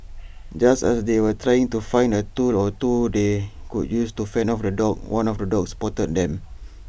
just as they were trying to find A tool or two they could use to fend off the dogs one of the dogs spotted them